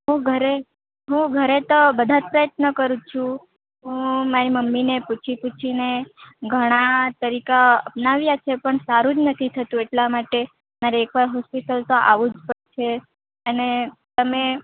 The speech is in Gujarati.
હું ઘરે હું ઘરે તો બધા જ પ્રયત્ન કરું છું હું મારી મમ્મી ને પૂછી પૂછીને ઘણા તરીકા અપનાવીયા છે પણ સારુ જ નથી થતું એટલા માટે મારે એકવાર હોસ્પિટલ તો આવવું જ પડશે અને તમે